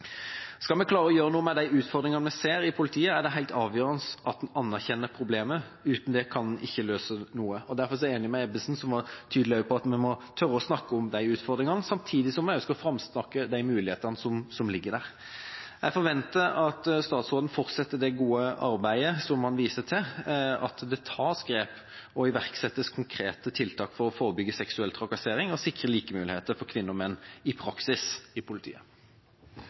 Skal vi klare å gjøre noe med de utfordringene vi ser i politiet, er det helt avgjørende at en anerkjenner problemet. Uten det kan en ikke løse noe. Derfor er jeg enig med Ebbesen, som var tydelig på at vi må tørre å snakke om utfordringene, samtidig som vi også skal framsnakke de mulighetene som ligger der. Jeg forventer at statsråden fortsetter det gode arbeidet som han viser til, og at det tas grep og iverksettes konkrete tiltak for å forebygge seksuell trakassering og sikre like muligheter for kvinner og menn i praksis i politiet.